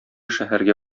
шәһәргә